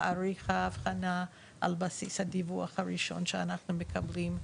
תאריך האבחנה על בסיס הדיווח הראשון שאנחנו מקבלים,